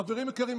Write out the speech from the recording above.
חברים יקרים,